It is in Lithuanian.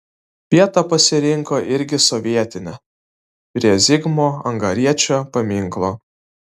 vietą pasirinko irgi sovietinę prie zigmo angariečio paminklo